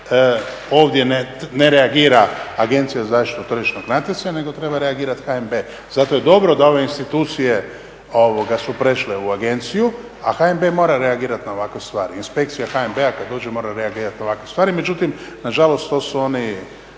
ovdje ne reagira Agencija za zaštitu tržišnog natjecanja nego treba reagirati HNB. Zato je dobro da ove institucije su prešle u agenciju, a HNB mora reagirati na ovakve stvari, inspekcija HNB-a kad uđe mora reagirati na ovakve stvari. Međutim, nažalost to su one